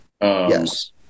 Yes